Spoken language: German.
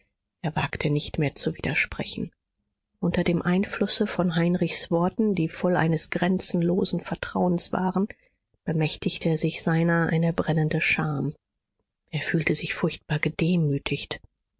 er wagte nicht mehr zu widersprechen unter dem einflüsse von heinrichs worten die voll eines grenzenlosen vertrauens waren bemächtigte sich seiner eine brennende scham er fühlte sich furchtbar gedemütigt